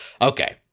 Okay